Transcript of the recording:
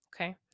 okay